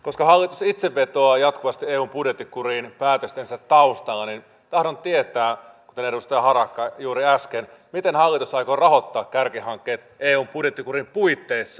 koska hallitus itse vetoaa jatkuvasti eun budjettikuriin päätöstensä taustalla niin tahdon tietää kuten edustaja harakka juuri äsken miten hallitus aikoo rahoittaa kärkihankkeet eun budjettikurin puitteissa